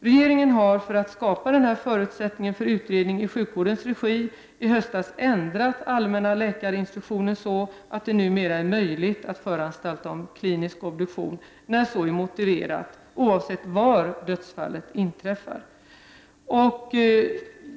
Regeringen ändrade, för att skapa denna förutsättning för utredning i sjukvårdens regi, i höstas allmänna läkarinstruktionen så att det numera är möjligt att föranstalta om klinisk obduktion när så är motiverat, oavsett var dödsfallet inträffat.